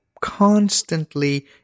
constantly